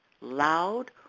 Loud